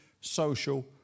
social